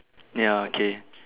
ya okay